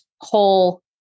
whole